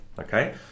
Okay